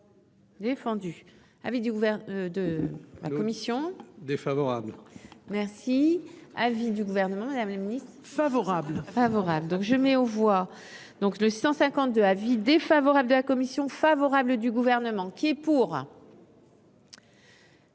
défendu avec du de la commission défavorable merci avis du gouvernement, Madame la Ministre, favorable, favorable, donc je mets aux voix donc le 152 avis défavorable de la commission favorable du gouvernement qui est pour.